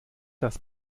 das